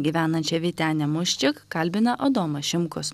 gyvenančią vytenę muščik kalbina adomas šimkus